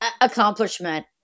Accomplishment